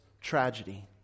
tragedy